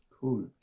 Cool